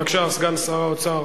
בבקשה, סגן שר האוצר.